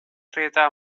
rädda